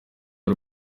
y’u